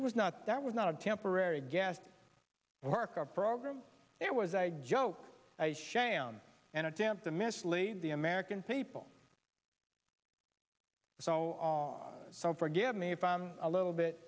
that was not that was not a temporary guest worker program it was a joke shame and an attempt to mislead the american people so all so forgive me if i'm a little bit